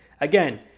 Again